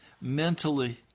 mentally